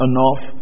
Enough